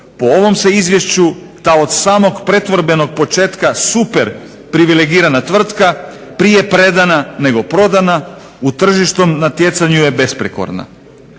po ovom se Izvješću ta od samog pretvorbenog početka super privilegirana tvrtka, prije predana, nego prodana, u tržišnom natjecanju je besprijekorna.